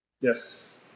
Yes